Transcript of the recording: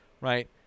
right